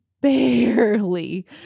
barely